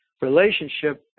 relationship